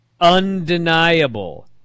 undeniable